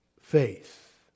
faith